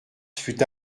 fut